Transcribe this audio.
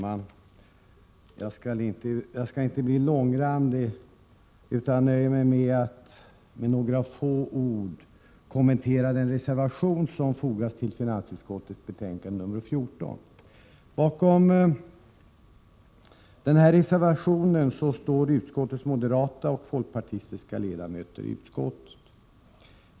Herr talman! Jag skall inte bli långrandig utan nöjer mig med att med några få ord kommentera den reservation som fogats till finansutskottets betänkande nr 14. Bakom den reservationen står utskottets moderata och folkpartistiska ledamöter.